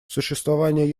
существование